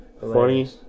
Funny